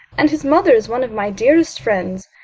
and his mother is one of my dearest friends.